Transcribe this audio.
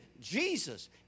Jesus